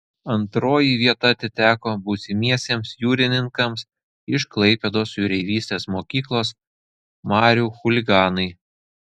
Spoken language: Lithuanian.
antroji vieta atiteko būsimiesiems jūrininkams iš klaipėdos jūreivystės mokyklos marių chuliganai